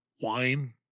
Wine